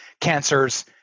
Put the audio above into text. cancers